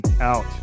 out